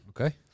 Okay